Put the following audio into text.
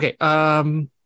okay